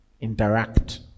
interact